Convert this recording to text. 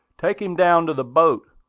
take him down to the boat!